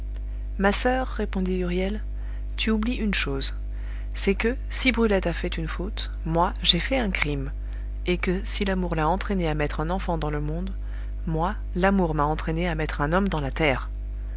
ma soeur répondit huriel tu oublies une chose c'est que si brulette a fait une faute moi j'ai fait un crime et que si l'amour l'a entraînée à mettre un enfant dans le monde moi l'amour m'a entraîné à mettre un homme dans la terre